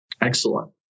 Excellent